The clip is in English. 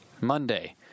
Monday